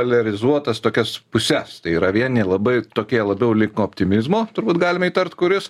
poliarizuotas tokias puses tai yra vieni labai tokie labiau link optimizmo turbūt galima įtarti kuris